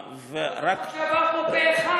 זה חוק שעבר פה פה-אחד.